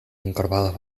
encorvados